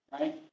Right